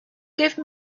give